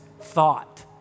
thought